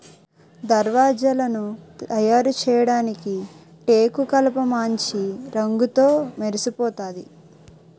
దర్వాజలను తయారుచేయడానికి టేకుకలపమాంచి రంగుతో మెరిసిపోతాది